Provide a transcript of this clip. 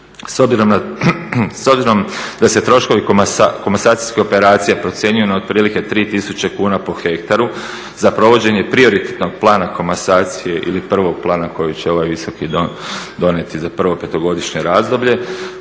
S obzirom da se troškovi komasacijske operacije procjenjuju na otprilike 3000 kuna po hektaru, za provođenje prioritetnog plana komasacije ili prvog plana koji će ovaj Visoki dom donijeti za prvo 5-godišnje razdoblje,